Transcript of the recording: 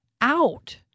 out